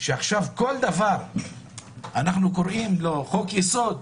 של קריאה בשם "חוק-יסוד"